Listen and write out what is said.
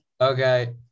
okay